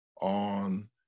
on